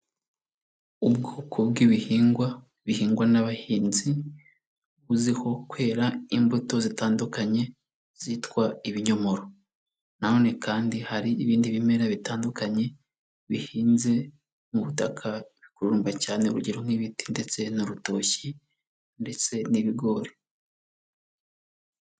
Ubwoko bw'ibihingwa bihingwa n'abahinzi, buzwiho kwera imbuto zitandukanye zitwa ibinyomoro, nanone kandi hari ibindi bimera bitandukanye bihinze mu butaka bikururumba cyane, urugero nk'ibiti ndetse n'urutoki ndetse n'ibigori.